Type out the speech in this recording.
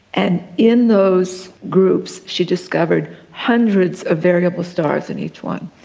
and in those groups she discovered hundreds of variable stars in each one.